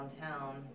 downtown